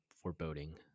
foreboding